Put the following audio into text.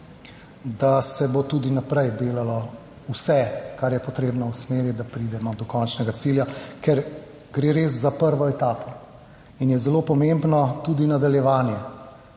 – 15.35 (nadaljevanje) vse, kar je potrebno v smeri, da pridemo do končnega cilja, ker gre res za prvo etapo in je zelo pomembno tudi nadaljevanje: